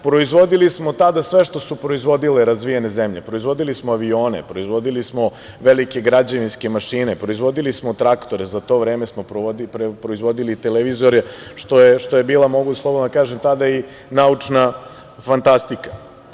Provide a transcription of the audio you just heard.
Proizvodili smo tada sve što su proizvodile razvijene zemlje, proizvodili smo avione, proizvodili smo velike građevinske mašine, proizvodili smo traktore, za to vreme smo proizvodili i televizore što je bila, mogu slobodno da kažem, tada i naučna fantastika.